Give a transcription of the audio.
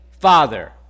Father